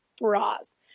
bras